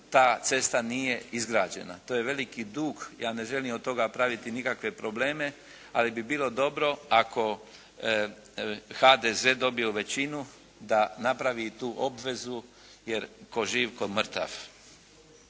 ta cesta nije izgrađena. To je veliki dug. Ja ne želim od toga praviti nikakve probleme. Ali bi bilo dobro ako HDZ dobije većinu da napravi tu obvezu jer tko živ, tko mrtav.